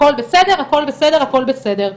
הכל בסדר, הכל בסדר.